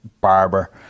Barber